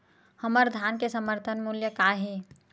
हमर धान के समर्थन मूल्य का हे?